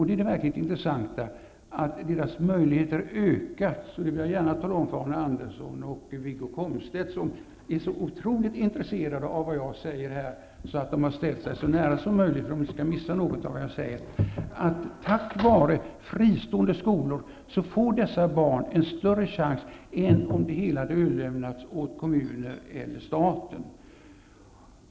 Det verkligt intressanta är att deras möjligheter har ökats -- det vill jag gärna tala om för Arne Andersson och Wiggo Komstedt, som är så oerhört intresserade av vad jag säger här att de har ställt sig så nära som möjligt för att inte missa något. Tack vare fristående skolor får dessa barn en större chans än om det hela hade överlämnats åt kommuner eller åt staten.